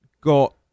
got